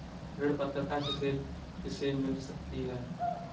ऋण पात्रता किसे किसे मिल सकती है?